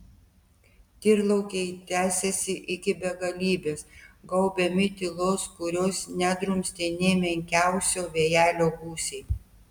tyrlaukiai tęsėsi iki begalybės gaubiami tylos kurios nedrumstė nė menkiausio vėjelio gūsiai